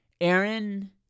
Aaron